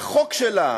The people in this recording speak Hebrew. בחוק שלה,